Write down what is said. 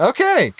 Okay